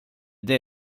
det